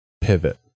pivot